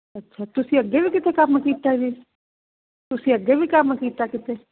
ਅੱਛਾ ਤੁਸੀਂ ਅੱਗੇ ਵੀ ਕਿਤੇ ਕੰਮ ਕੀਤਾ ਜੀ ਤੁਸੀਂ ਅੱਗੇ ਵੀ ਕੰਮ ਕੀਤਾ ਕਿਤੇ